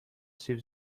سیب